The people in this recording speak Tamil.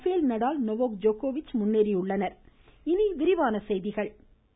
பேல் நடால் நொவாக் ஜோக்கோவிச் முன்னேறியுள்ளனா்